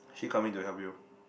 she coming to help you